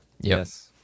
Yes